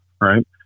right